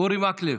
אורי מקלב.